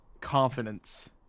confidence